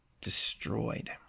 destroyed